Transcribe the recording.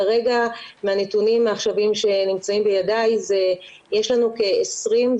ומהנתונים העכשוויים שנמצאים בידי יש לנו כ-26